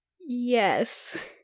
Yes